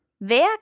Wer